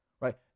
Right